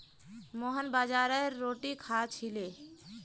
मोहन बाजरार रोटी खा छिले